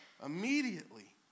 Immediately